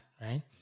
right